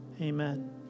amen